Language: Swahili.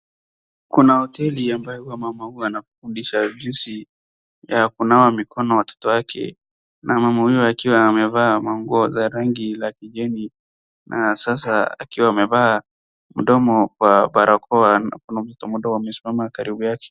Kuna hoteli ambayo hua mama hua anafundisha jinsi ya kunawa mikono watoto yake. Na mama huyo akiwa amevaa manguo za rangi la kijani na sasa akiwa amevaa mdomo kwa barakoa na kuna mtoto mdogo amesimama karibu yake.